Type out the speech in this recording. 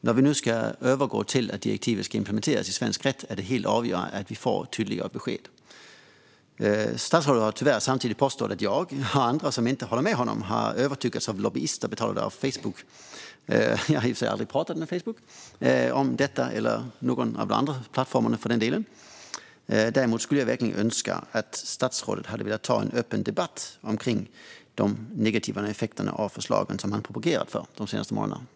När vi nu ska övergå till att direktivet ska implementeras i svensk rätt är det helt avgörande att vi får tydliga besked. Statsrådet har tyvärr samtidigt påstått att jag och andra som inte håller med honom har övertygats av lobbyister betalade av Facebook. Jag har aldrig talat med Facebook - eller med någon av de andra plattformarna - om detta. Däremot skulle jag verkligen önska att statsrådet hade velat ta en öppen debatt om de negativa effekterna av de förslag som han propagerat för de senaste månaderna.